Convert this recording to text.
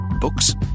Books